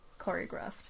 choreographed